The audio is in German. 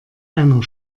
einer